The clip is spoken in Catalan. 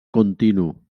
continu